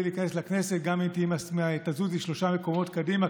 להיכנס לכנסת גם אם תזוזי שלושה מקומות קדימה,